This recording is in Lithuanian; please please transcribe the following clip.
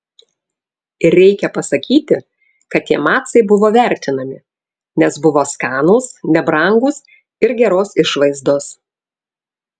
ir reikia pasakyti kad tie macai buvo vertinami nes buvo skanūs nebrangūs ir geros išvaizdos